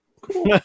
cool